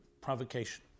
provocation